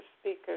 speaker